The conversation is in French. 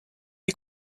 est